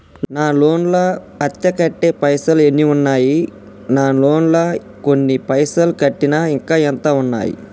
నా లోన్ లా అత్తే కట్టే పైసల్ ఎన్ని ఉన్నాయి నా లోన్ లా కొన్ని పైసల్ కట్టిన ఇంకా ఎంత ఉన్నాయి?